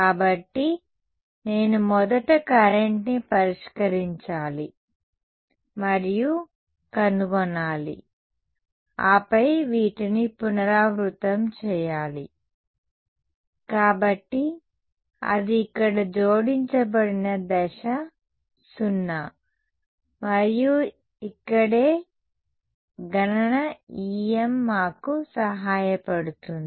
కాబట్టి నేను మొదట కరెంట్ని పరిష్కరించాలి మరియు కనుగొనాలి ఆపై వీటిని పునరావృతం చేయాలి కాబట్టి అది ఇక్కడ జోడించబడిన దశ 0 మరియు ఇక్కడే గణన EM మాకు సహాయపడుతుంది